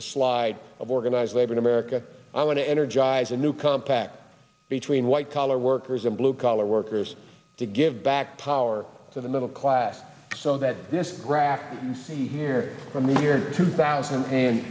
the slide of organized labor in america i want to energize a new compact between white collar workers and blue collar workers to give back power to the middle class so that this graph here from the year two thousand and